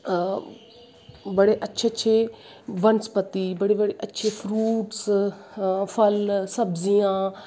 बड़े अच्छे अच्छे बनस्पति अच्छे फ्रूटस फल सब्जियां